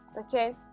Okay